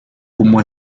como